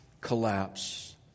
collapse